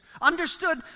understood